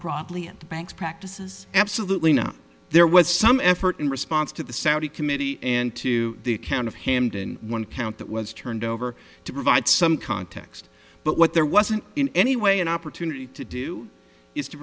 broadly at the banks practices absolutely no there was some effort in response to the saudi committee and to the account of hamdan one count that was turned over to provide some context but what there wasn't in any way an opportunity to do is to